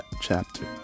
chapter